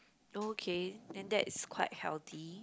okay then that is quite healthy